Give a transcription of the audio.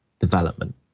development